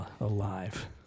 alive